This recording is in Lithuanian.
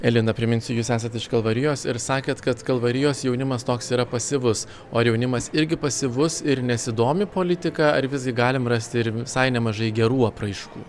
elina priminsiu jūs esat iš kalvarijos ir sakėt kad kalvarijos jaunimas toks yra pasyvus o ar jaunimas irgi pasyvus ir nesidomi politika ar visgi galim rasti ir visai nemažai gerų apraiškų